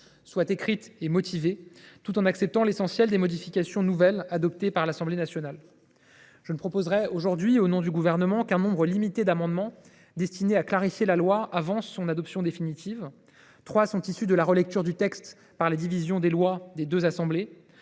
soit « écrite et motivée », tout en acceptant l’essentiel des dispositions nouvelles adoptées par l’Assemblée nationale. Je ne proposerai aujourd’hui, au nom du Gouvernement, qu’un nombre limité d’amendements destinés à clarifier la loi avant son adoption définitive. Trois sont issus de la relecture du texte par les commissions des lois des deux assemblées.